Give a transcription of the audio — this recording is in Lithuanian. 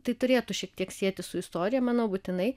tai turėtų šiek tiek sietis su istorija manau būtinai